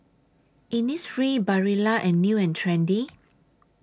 Innisfree Barilla and New and Trendy